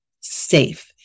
safe